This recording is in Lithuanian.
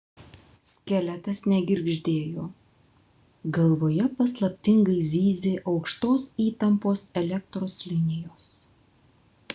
skeletas negirgždėjo galvoje paslaptingai zyzė aukštos įtampos elektros linijos